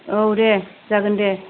औ देह जागोन देह